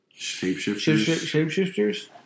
Shapeshifters